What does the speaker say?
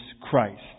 christ